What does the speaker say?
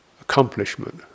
accomplishment